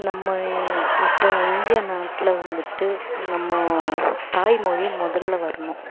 நம்ம இப்போ இந்திய நாட்டில் வந்துட்டு நம்ம தாய்மொழி முதலில் வரணும்